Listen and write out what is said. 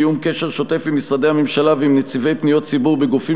קיום קשר שוטף עם משרדי הממשלה ועם נציבי פניות ציבור בגופים